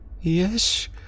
Yes